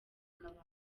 y’abantu